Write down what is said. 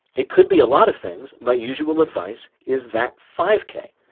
it could be a lot of things. my usual advice is that five k.